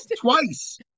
Twice